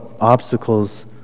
obstacles